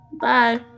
Bye